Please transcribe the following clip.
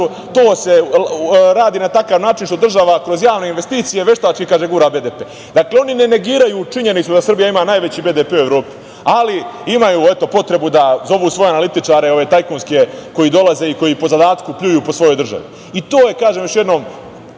to se radi na takav način što država kroz javne investicije veštački gura BDP. Dakle, oni ne negiraju činjenicu da Srbija ima najveći BDP u Evropi, ali imaju potrebu da zovu svoje analitičare, tajkunske, koji dolaze i po zadatku pljuju po svojoj državi. To je, kažem još jednom,